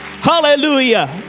Hallelujah